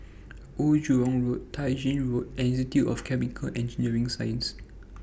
Old Jurong Road Tai Gin Road and Institute of Chemical and Engineering Sciences